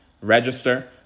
register